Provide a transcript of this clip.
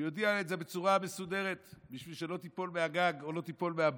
שיודיע את זה בצורה מסודרת בשביל שלא תיפול מהגג או לא תיפול לבור.